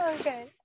Okay